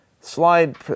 slide